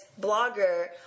blogger